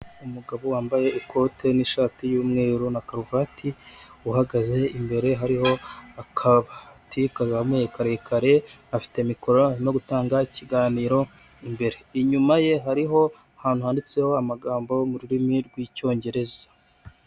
Umugabo wambaye ikote n'ishati y'umweru na karuvati, uhagaze imbere hariho akabati kazamuye karekare, afite mikoro, arimo gutanga ikiganiro imbere. Inyuma ye hariho ahantu handitse amagambo mu rurimi rw'icyongereza.